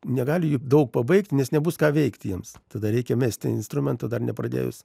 negali daug pabaigti nes nebus ką veikti jiems tada reikia mesti instrumentą dar nepradėjus